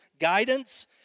guidance